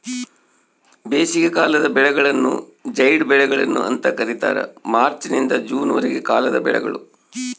ಬೇಸಿಗೆಕಾಲದ ಬೆಳೆಗಳನ್ನು ಜೈಡ್ ಬೆಳೆಗಳು ಅಂತ ಕರೀತಾರ ಮಾರ್ಚ್ ನಿಂದ ಜೂನ್ ವರೆಗಿನ ಕಾಲದ ಬೆಳೆಗಳು